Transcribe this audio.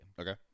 Okay